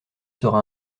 sera